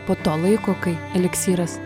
po to laiko kai eliksyras